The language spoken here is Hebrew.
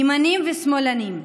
ימנים ושמאלנים,